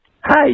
Hi